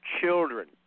children